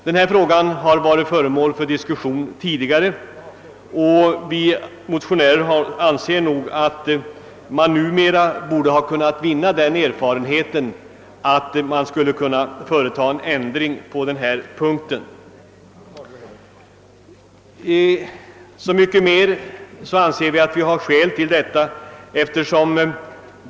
Denna fråga har varit föremål för diskussion tidi gare, och vi motionärer anser att man nu borde ha vunnit sådan erfarenhet att en ändring på denna punkt skulle kunna genomföras.